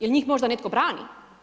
Jel njih možda netko brani?